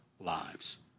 lives